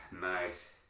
nice